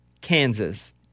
Kansas